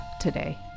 today